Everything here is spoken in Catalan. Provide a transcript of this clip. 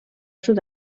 sud